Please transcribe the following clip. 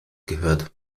gehört